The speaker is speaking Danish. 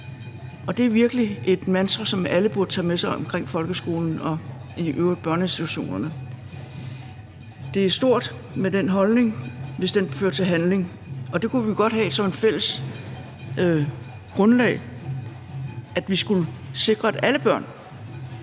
Det er virkelig et mantra, som alle burde tage med sig i forhold til folkeskolen og børneinstitutioner iøvrigt. Det er stort med den holdning, hvis den fører til handling. Det kunne vi godt have som et fælles grundlag, nemlig at vi skulle sikre, at alle børn